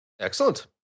Excellent